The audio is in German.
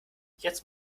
jetzt